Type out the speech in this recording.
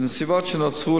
בנסיבות שנוצרו,